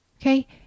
Okay